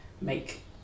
make